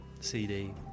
CD